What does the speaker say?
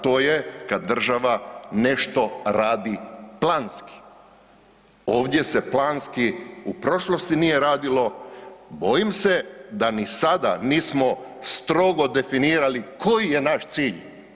To je kad država nešto radi planski ovdje se planski u prošlosti nije radilo, bojim se da ni sada nismo strogo definirali koji je naš cilj.